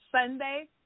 Sunday